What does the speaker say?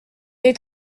est